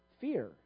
fear